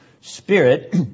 spirit